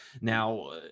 now